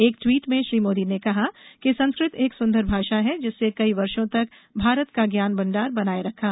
एक ट्वीट में श्री मोदी ने कहा कि संस्कृत एक सुन्दर भाषा है जिसने कई वर्षो तक भारत का ज्ञान भण्डार बनाये रखा